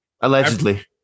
allegedly